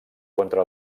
contra